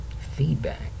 feedback